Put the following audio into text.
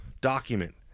document